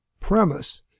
premise